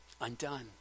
Undone